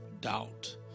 doubt